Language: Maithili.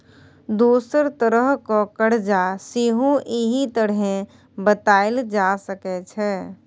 दोसर तरहक करजा सेहो एहि तरहें बताएल जा सकै छै